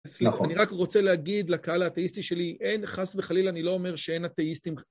אני רק רוצה להגיד לקהל האתאיסטי שלי, אין, חס וחלילה, אני לא אומר שאין אתאיסטים.